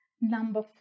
Number